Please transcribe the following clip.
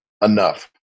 enough